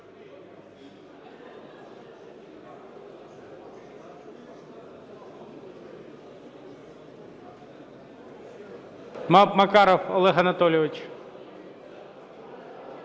Макаров Олег Анатолійович.